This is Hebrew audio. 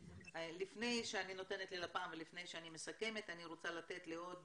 לפני שאני נותנת ללפ"מ ולפני שאני מסכמת אני רוצה לתת לעוד